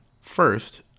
First